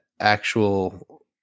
actual